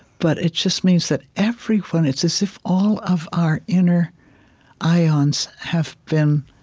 but it just means that everyone it's as if all of our inner ions have been